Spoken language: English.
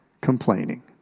complaining